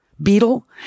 beetle